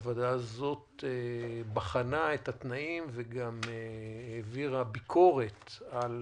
הוועדה הזאת בחנה את התנאים וגם העבירה ביקורת על